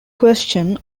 question